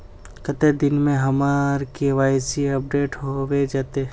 कते दिन में हमर के.वाई.सी अपडेट होबे जयते?